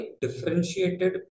differentiated